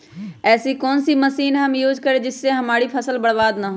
ऐसी कौन सी मशीन हम यूज करें जिससे हमारी फसल बर्बाद ना हो?